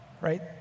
right